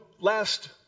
last